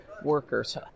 Workers